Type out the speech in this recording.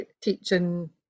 teaching